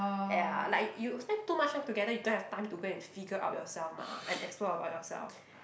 ya like you you spend too much time together you don't have time to go and figure out yourself mah and explore about yourself